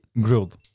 Grilled